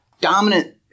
dominant